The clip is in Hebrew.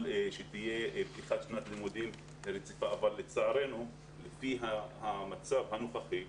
לפתוח את שנת הלימודים אבל לצערנו לפי המצב הנוכחי,